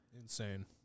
Insane